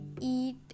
eat